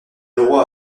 droit